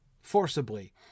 forcibly